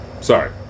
Sorry